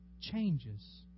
changes